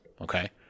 Okay